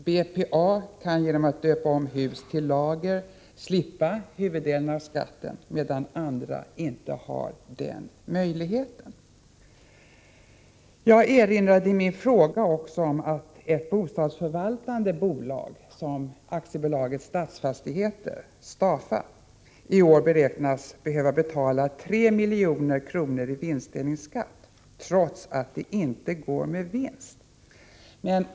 BPA kan genom att döpa om hus till lager slippa huvuddelen av skatten, medan andra företag inte har den möjligheten. Jag erinrade i min fråga också om att ett bostadsförvaltande bolag som AB Stadsfastigheter, Stafa, i år beräknas behöva betala 3 milj.kr. i vinstdelningsskatt, trots att företaget inte går med vinst.